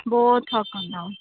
ਬਹੁਤ ਥੱਕ ਹੁੰਦਾ